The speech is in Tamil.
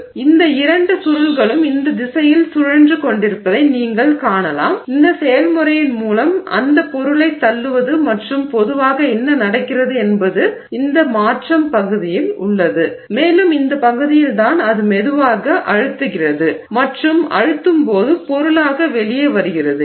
எனவே இந்த இரண்டு சுருள்களும் இந்த திசையில் சுழன்று கொண்டிருப்பதை நீங்கள் காணலாம் எனவே இந்த செயல்முறையின் மூலம் அந்த பொருளைத் தள்ளுவது மற்றும் பொதுவாக என்ன நடக்கிறது என்பது இந்த மாற்றம் பகுதியில் உள்ளது மேலும் இந்த பகுதியில் தான் அது மெதுவாக அழுத்துகிறது மற்றும் அழுத்தும் போது பொருளாக வெளியே வருகிறது